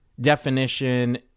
definition